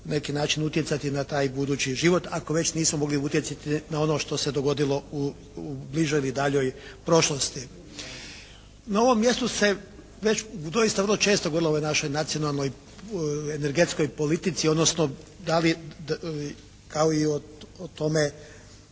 neki način utjecati na taj budući život, ako već nismo mogli utjecati na ono što se dogodilo u bližoj ili daljoj prošlosti. Na ovom mjestu se već doista vrlo često govorilo o ovoj našoj nacionalnoj energetskoj politici, odnosno da li, kao i o tome